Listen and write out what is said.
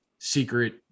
secret